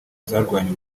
zarwanye